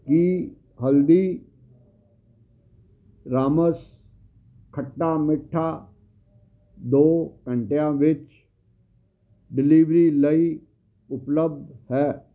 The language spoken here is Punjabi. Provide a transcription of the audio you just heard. ਕੀ ਹਲਦੀ ਰਾਮਸ ਖੱਟਾ ਮੀਠਾ ਦੋ ਘੰਟਿਆਂ ਵਿੱਚ ਡਿਲੀਵਰੀ ਲਈ ਉਪਲੱਬਧ ਹੈ